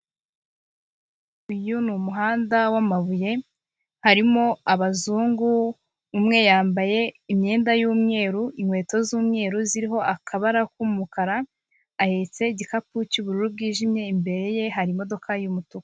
Uyu ni umuhanda w'amabuye harimo abazungu, umwe yambaye imyenda y'umweru inkweto z'umweru ziriho akabara k'umukara ahetse igikapu cy'ubururu bwijimye, imbere ye hari imodoka y'umutuku.